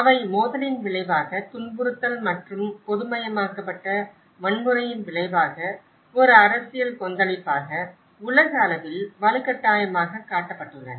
அவை மோதலின் விளைவாக துன்புறுத்தல் அல்லது பொதுமயமாக்கப்பட்ட வன்முறையின் விளைவாக ஒரு அரசியல் கொந்தளிப்பாக உலகளவில் வலுக்கட்டாயமாகக் காட்டப்பட்டுள்ளன